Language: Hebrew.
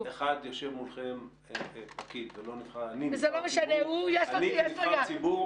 יש מגזרים עסקיים,